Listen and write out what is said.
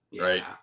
right